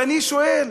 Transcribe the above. ואני שואל: